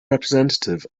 representative